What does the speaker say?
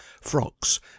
frocks